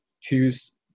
choose